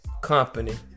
company